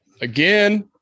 again